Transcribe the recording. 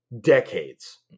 decades